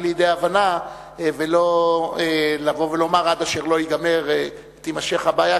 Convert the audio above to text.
לידי הבנה ולא לבוא ולומר: עד אשר לא ייגמר תימשך הבעיה,